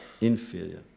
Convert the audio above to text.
inferior